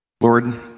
Lord